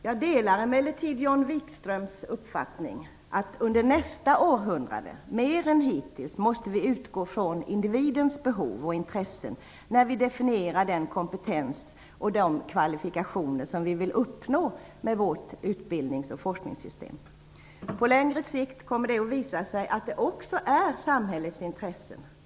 Jag delar emellertid John Vikströms uppfattning att vi under nästa århundrade mer än hittills måste utgå från individens behov och intressen när vi definierar den kompetens och de kvalifikationer vi vill uppnå med vårt utbildnings och forskningssystem. På längre sikt kommer det att visa sig att det också är i samhällets intresse.